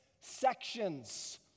sections